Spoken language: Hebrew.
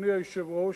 אדוני היושב-ראש,